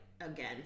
again